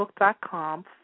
facebook.com